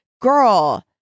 Girl